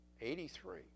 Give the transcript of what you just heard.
Eighty-three